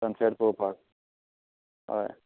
sunset पळोवपाक हय